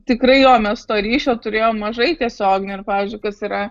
tikrai jo mes to ryšio turėjom mažai tiesioginio ir pavyzdžiui kas yra